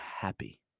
happy